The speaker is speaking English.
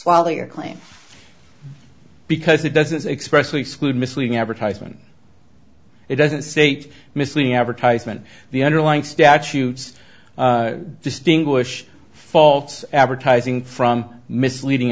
while they are claim because it doesn't express exclude misleading advertisement it doesn't state misleading advertisement the underlying statutes distinguish fault advertising from misleading